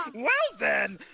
um well then,